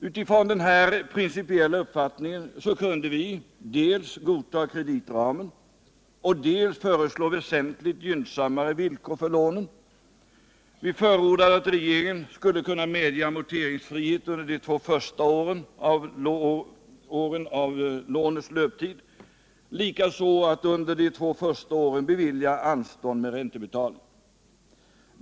Utifrån den här principiella uppfattningen kunde vi dels godta kreditramen, dels föreslå väsentligt gynnsammare villkor för lånen. Vi förordade att regeringen skulle kunna medge amorteringsfrihet under de två första åren av lånets löptid, likaså att under de två första åren bevilja anstånd med räntebetalningen.